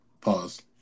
Pause